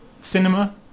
Cinema